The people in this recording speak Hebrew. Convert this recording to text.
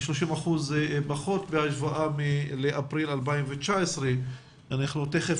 מדובר בירידה של כ-30% בהשוואה לאפריל 2019. תיכף